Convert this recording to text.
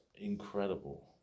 incredible